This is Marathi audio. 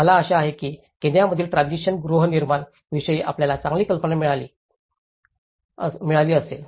मला आशा आहे की केनियामधील ट्रान्सिशन गृहनिर्माण विषयी आपल्याला चांगली कल्पना मिळाली असेल